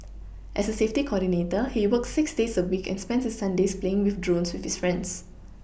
as a safety coordinator he works six days a week and spends his Sundays playing with drones with his friends